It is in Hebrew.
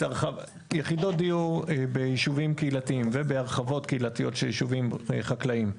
יחידות דיור ביישובים קהילתיים ובהרחבות קהילתיות של יישובים חקלאיים,